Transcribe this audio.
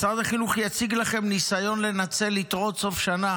משרד החינוך יציג לכם ניסיון לנצל יתרות סוף שנה